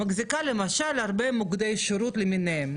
מחזיקה למשל הרבה מוקדי שירות למיניהם,